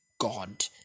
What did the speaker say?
God